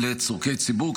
לצורכי ציבור,